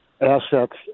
assets